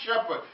shepherd